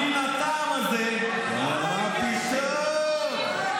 אנין הטעם הזה אומר: מה פתאום,